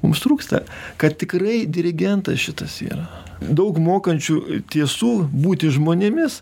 mums trūksta kad tikrai dirigentas šitas yra daug mokančių tiesų būti žmonėmis